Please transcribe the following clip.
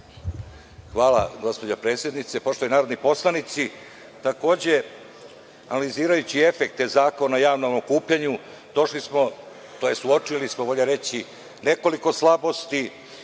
Hvala, gospođo predsednice. Poštovani narodni poslanici, takođe, analizirajući efekte Zakona o javnom okupljanju došli smo, tj. uočili smo, bolje reći, nekoliko slabosti